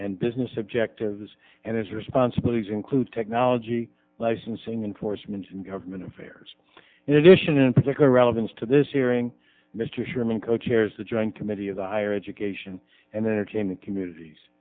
and business objectives and its responsibilities include technology licensing enforcement and government affairs in addition to particular relevance to this hearing mr sherman co chairs the joint committee of the higher education and then came the communities